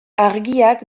argiak